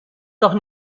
doch